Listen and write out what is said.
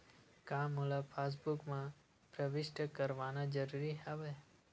का मोला पासबुक म प्रविष्ट करवाना ज़रूरी हवय?